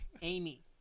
Amy